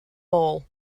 mall